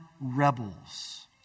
rebels